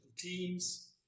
teams